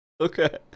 Okay